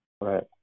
Right